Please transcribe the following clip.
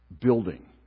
building